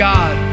God